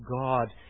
God